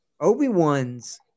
Obi-Wan's